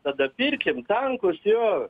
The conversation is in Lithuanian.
tada pirkim tankus jo